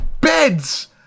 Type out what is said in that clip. Beds